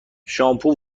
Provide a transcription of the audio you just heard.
شامپو